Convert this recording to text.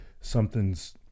something's